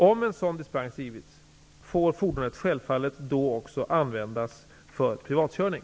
Om en sådan dispens har givits, får fordonet självfallet då också användas för privatkörning.